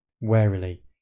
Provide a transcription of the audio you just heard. Warily